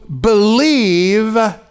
believe